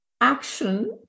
action